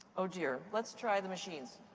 oh, dear, let's try the machines.